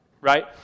right